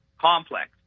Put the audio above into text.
complex